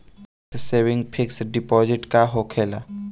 Tax saving fix deposit का होखे ला?